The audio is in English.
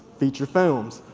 feature films,